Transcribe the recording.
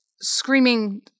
screaming